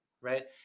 right